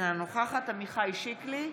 אינה נוכחת עמיחי שיקלי,